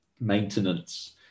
maintenance